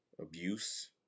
abuse